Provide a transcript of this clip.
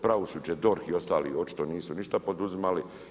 Pravosuđe, DORH i ostali očito nisu ništa poduzimali.